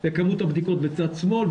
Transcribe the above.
בכמות הבדיקות בצד שמאל,